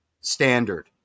standard